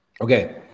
Okay